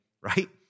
right